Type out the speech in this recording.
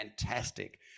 fantastic